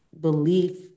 belief